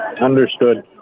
understood